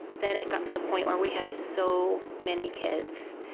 then it got to the point where we had so many kids,